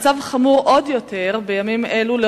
המצב חמור עוד יותר בימים אלו,